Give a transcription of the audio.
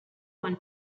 one